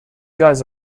guys